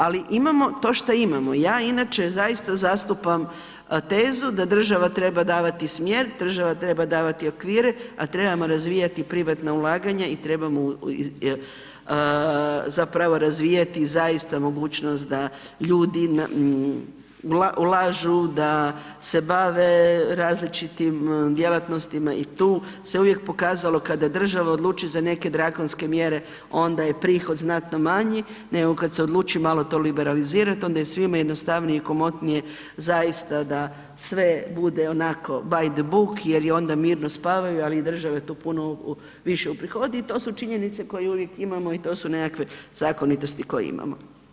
Ali imamo to što imamo, ja inače zaista zastupam tezu da država treba davati smjer, država treba davati okvire, a trebamo razvijati privatna ulaganja i trebamo zapravo razvijati zaista mogućnost da ljudi ulažu se bave različitim djelatnostima i tu se uvijek pokazalo kada odluči za neke drakonske mjere, onda je prihod znatno manji nego kad se odluči malo to liberalizirati, onda je svima jednostavnije i komotnije zaista da sve bude ako by the book jer i onda mirno spavaju, ali država tu puno više uprihodi i to su činjenice koje uvijek imamo i to su neke zakonitosti koje imamo.